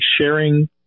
sharing